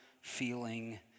feeling